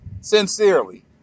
Sincerely